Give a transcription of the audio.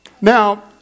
Now